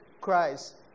Christ